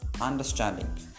Understanding